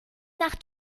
nach